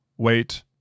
Wait